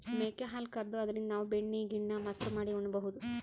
ಮೇಕೆ ಹಾಲ್ ಕರ್ದು ಅದ್ರಿನ್ದ್ ನಾವ್ ಬೆಣ್ಣಿ ಗಿಣ್ಣಾ, ಮಸರು ಮಾಡಿ ಉಣಬಹುದ್